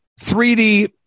3D